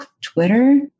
Twitter